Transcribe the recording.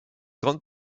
grandes